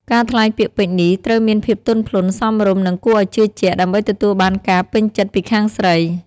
ការថ្លែងពាក្យពេចន៍នេះត្រូវមានភាពទន់ភ្លន់ សមរម្យ និងគួរឲ្យជឿជាក់ ដើម្បីទទួលបានការពេញចិត្តពីខាងស្រី។